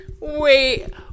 Wait